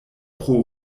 pro